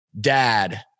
dad